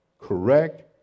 correct